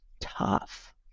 tough